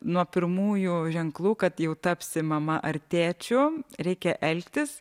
nuo pirmųjų ženklų kad jau tapsi mama ar tėčiu reikia elgtis